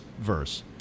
verse